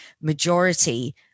majority